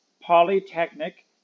Polytechnic